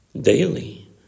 daily